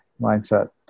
mindset